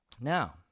Now